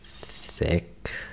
thick